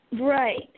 Right